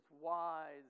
wise